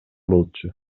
болчу